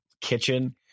kitchen